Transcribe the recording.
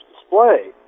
display